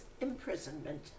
imprisonment